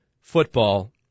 football